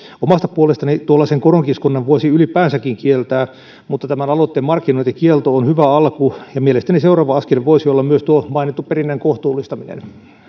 omasta puolestani tuollaisen koronkiskonnan voisi ylipäänsäkin kieltää mutta tämän aloitteen markkinointikielto on hyvä alku ja mielestäni seuraava askel voisi olla myös tuo mainittu perinnän kohtuullistaminen